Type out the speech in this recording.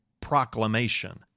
proclamation